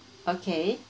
okay